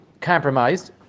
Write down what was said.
compromised